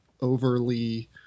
overly